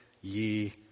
ye